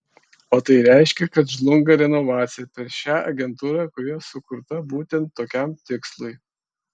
o tai reiškia kad žlunga renovacija per šią agentūrą kuri sukurta būtent tokiam tikslui